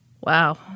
Wow